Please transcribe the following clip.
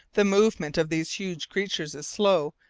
the movement of these huge creatures is slow,